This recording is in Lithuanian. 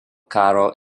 karo